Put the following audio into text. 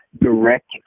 direct